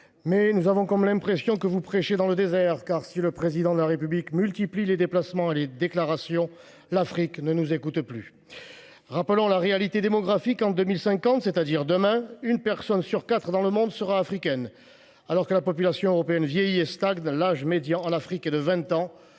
mais nous avons l’impression que vous prêchez dans le désert : si le Président de la République multiplie les déplacements et les déclarations, l’Afrique ne nous écoute plus. Rappelons la réalité démographique. En 2050, c’est à dire demain, une personne sur quatre dans le monde sera africaine. Alors que la population européenne vieillit et stagne, l’âge médian en Afrique est de 20 ans.